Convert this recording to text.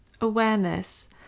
awareness